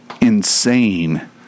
insane